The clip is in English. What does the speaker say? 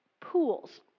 pools